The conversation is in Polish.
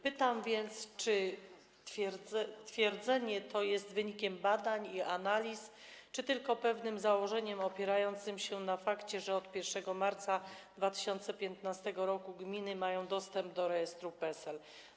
Pytam więc: Czy twierdzenie to jest wynikiem badań i analiz, czy tylko pewnym założeniem opierającym się na fakcie, że od 1 marca 2015 r. gminy mają dostęp do rejestru PESEL?